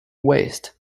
waste